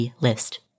list